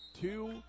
two